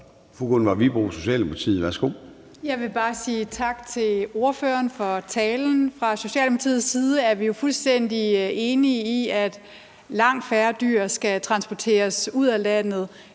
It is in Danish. Gunvor Wibroe (S): Jeg vil bare sige tak til ordføreren for talen. Fra Socialdemokratiets side er vi fuldstændig enige i, at langt færre dyr skal transporteres ud af landet,